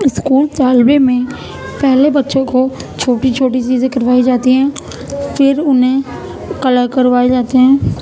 school میں پہلے بچوں کو چھوٹی چھوٹی چیزیں کروائی جاتی ہیں پھر انہیں کلا کروائے جاتے ہیں